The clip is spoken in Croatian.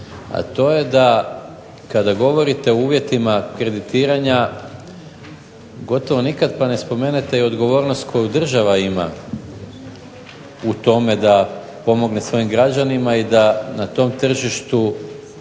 A to je da kada govorite o uvjetima kreditiranja gotovo nikada ne spomenete odgovornost koju država ima da pomogne svojim građanima i da na tržištu